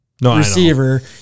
receiver